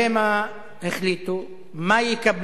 נראה מה יחליטו, מה יקבלו,